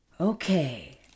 Okay